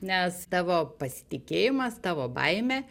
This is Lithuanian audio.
nes tavo pasitikėjimas tavo baimė